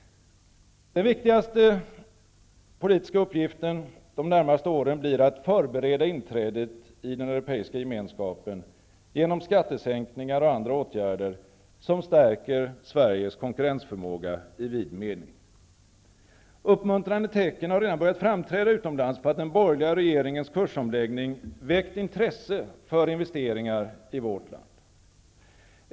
Den viktigaste politiska uppgiften de närmaste åren blir att förbereda inträdet i den europeiska gemenskapen genom skattesänkningar och andra åtgärder som stärker Sveriges konkurrensförmåga i vid mening. Uppmuntrande tecken har redan börjat framträda utomlands på att den borgerliga regeringens kursomläggning väckt intresse för investeringar i vårt land.